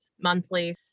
monthly